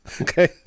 Okay